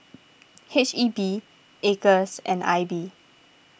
H E B Acres and I B